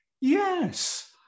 Yes